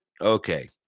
Okay